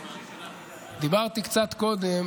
דיברתי קצת קודם